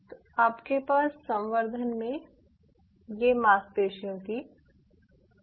तो आपके पास संवर्धन में ये मांसपेशियों की कोशिकाओं है